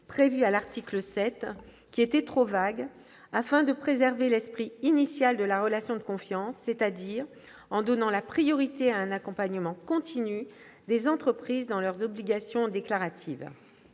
prévue à l'article 7, qui était trop vague, afin de préserver l'esprit initial de la relation de confiance, c'est-à-dire en donnant la priorité à un accompagnement continu des entreprises dans leurs obligations déclaratives.